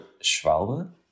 Schwalbe